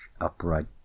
upright